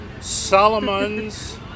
Solomon's